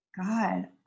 God